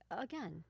again